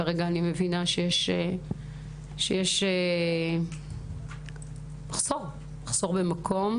כרגע אני מבינה שיש מחסור במקום.